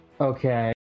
Okay